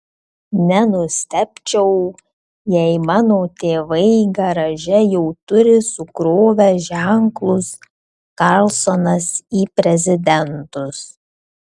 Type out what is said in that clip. nenustebčiau jei mano tėvai garaže jau turi sukrovę ženklus karlsonas į prezidentus